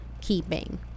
keeping